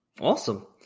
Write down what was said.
Awesome